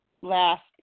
last